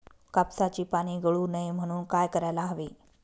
कापसाची पाने गळू नये म्हणून काय करायला हवे?